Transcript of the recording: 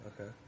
okay